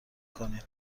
کنیم